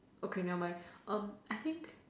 okay never mind um I think